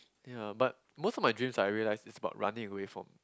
ya but most of my dreams I realise is about running away from